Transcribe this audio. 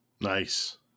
Nice